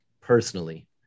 personally